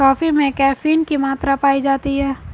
coffee में caffeine की मात्रा पाई जाती है